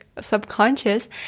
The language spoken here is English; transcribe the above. subconscious